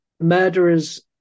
Murderers